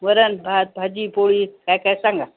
वरण भात भाजी पोळी काय काय सांगा